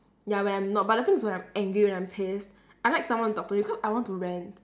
ya when I'm not but the thing is when I'm angry when I'm pissed I like someone to talk to cause I want to rant